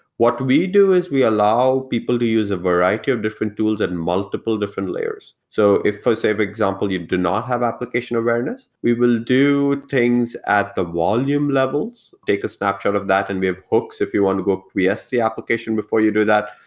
what we do is we allow people to use a variety of different tools at and multiple different layers. so if i say, for example, you do not have application awareness. we will do things at the volume levels. take a snapshot of that, and we have hooks if you want to go quiesce the application before you do that.